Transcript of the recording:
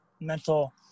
mental